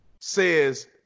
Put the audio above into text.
says